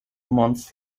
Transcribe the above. months